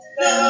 no